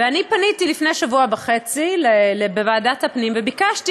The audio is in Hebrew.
ואני פניתי לפני שבוע וחצי לוועדת הפנים וביקשתי